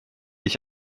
ich